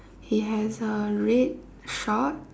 he has a red short